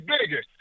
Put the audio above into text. bigger